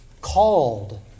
called